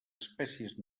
espècies